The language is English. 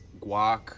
guac